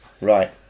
Right